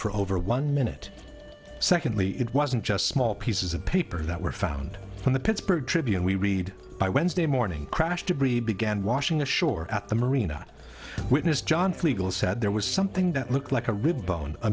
for over one minute secondly it wasn't just small pieces of paper that were found in the pittsburgh tribune we read by wednesday morning crash debris began washing ashore at the marina witness john pfleger said there was something that looked like a rib bone a